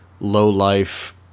low-life